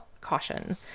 caution